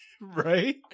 Right